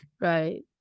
right